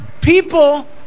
people